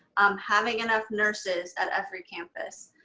having enough nurses at every campus.